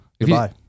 Goodbye